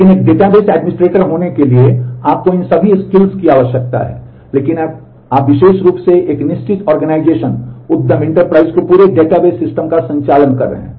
लेकिन एक database administrator पूरे डेटाबेस सिस्टम का संचालन कर रहे हैं